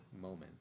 moment